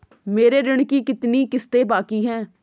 मेरे ऋण की कितनी किश्तें बाकी हैं?